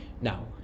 Now